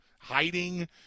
hiding